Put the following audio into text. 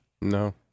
No